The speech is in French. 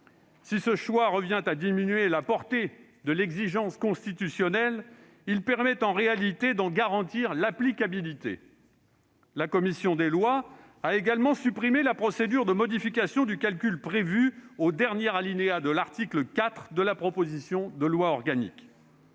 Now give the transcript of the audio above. Si ce choix revient à diminuer la portée de l'exigence constitutionnelle, il permet en réalité d'en garantir l'applicabilité. La commission des lois a également supprimé la procédure de modification du calcul prévu au dernier alinéa de l'article 4 de la proposition de loi organique.